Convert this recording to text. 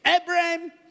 Abraham